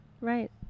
right